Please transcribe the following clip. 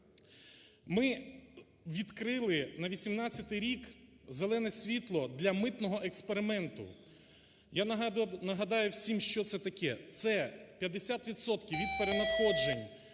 ми відкрили на 2018 рік зелене світло для митного експерименту. Я нагадаю всім, що це таке, це 50 відсотків від перенадходжень